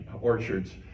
orchards